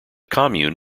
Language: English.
commune